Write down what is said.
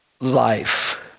life